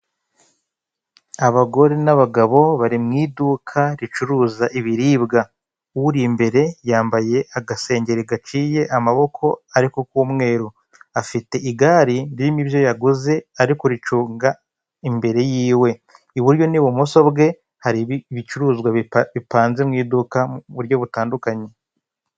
Abagore n'abagabo bari mu iduka ricuruza ibiribwa. Uri imbere yambaye agasengeri gaciye amaboko ariko k'umweru. Afite igare ririmo ibyo yaguze, ari kuricunga imbere y'iwe. I buryo n'ibumoso bwe, hari ibicuruzwa bipanze mu iduka mu buryo butandukanye.